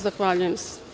Zahvaljujem.